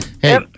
Hey